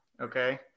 Okay